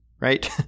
right